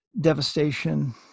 devastation